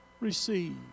receive